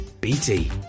BT